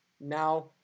Now